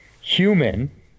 human